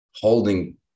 holding